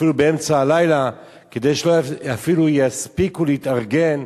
אפילו באמצע הלילה, כדי שאפילו לא יספיקו להתארגן,